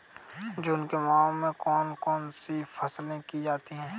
जून के माह में कौन कौन सी फसलें की जाती हैं?